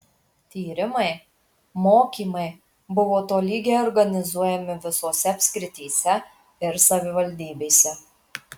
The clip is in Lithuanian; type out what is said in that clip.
tyrimai mokymai buvo tolygiai organizuojami visose apskrityse ir savivaldybėse